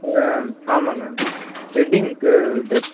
ஆ ஆமாம்ங்க வெட்டிங்க்கு டெக்